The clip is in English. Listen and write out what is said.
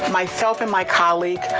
myself and my colleague,